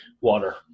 Water